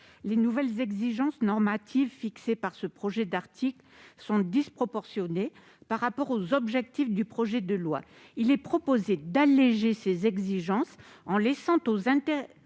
Les nouvelles exigences normatives fixées par cet article sont disproportionnées par rapport aux objectifs du projet de loi. Nous proposons d'alléger ces exigences en laissant aux